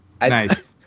Nice